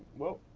whoa.